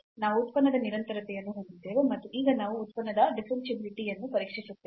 ನಾವು ಉತ್ಪನ್ನದ ನಿರಂತರತೆಯನ್ನು ಹೊಂದಿದ್ದೇವೆ ಮತ್ತು ಈಗ ನಾವು ಉತ್ಪನ್ನದ ಡಿಫರೆನ್ಷಿಯಾಬಿಲಿಟಿ ಯನ್ನು ಪರೀಕ್ಷಿಸುತ್ತೇವೆ